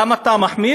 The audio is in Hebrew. למה אתה מחמיר?